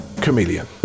Chameleon